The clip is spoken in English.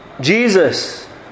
Jesus